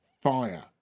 Fire